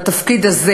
בתפקיד הזה